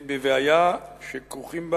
מדובר בבעיה שכרוכים בה